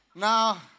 Now